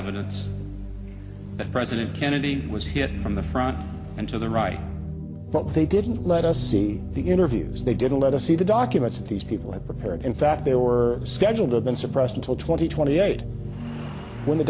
evidence that president kennedy was hit from the front and to the right but they didn't let us see the interviews they didn't let us see the documents these people had prepared in fact they were scheduled to have been suppressed until twenty twenty eight when the